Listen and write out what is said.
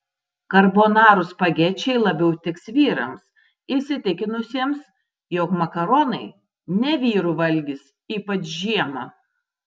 karbonarų spagečiai labiau tiks vyrams įsitikinusiems jog makaronai ne vyrų valgis ypač žiemą